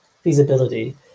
feasibility